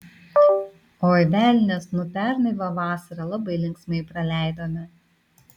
oi velnias nu pernai va vasarą labai linksmai praleidome